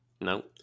No